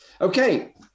Okay